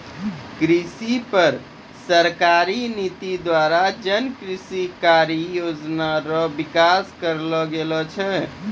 कृषि पर सरकारी नीति द्वारा जन कृषि कारी योजना रो विकास करलो गेलो छै